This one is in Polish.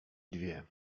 dwie